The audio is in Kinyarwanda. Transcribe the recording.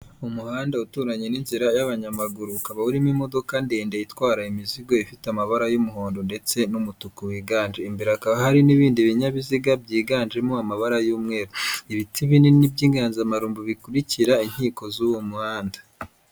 Umuhanda uturanye n'inzira y'abanyamaguru ukaba urimo imodoka ndende itwara imizigo ifite amabara y'umuhondo ndetse n'umutuku wiganje, imbere hakaba hari n'ibindi binyabiziga byiganjemo amabara y'umweru ibiti binini, by'inganzamarumbu bikurikira inkiko z'uwo muhanda.